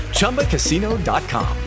Chumbacasino.com